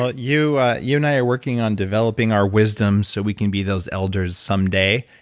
ah you you and i are working on developing our wisdom so we can be those elders some day.